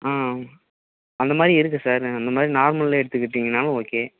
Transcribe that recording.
ஆ அந்த மாதிரி இருக்கு சார் அந்த மாதிரி நார்மலில் எடுத்துக்கிட்டிங்கனாலும் ஓகே